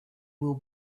will